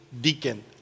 deacon